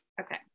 okay